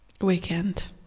weekend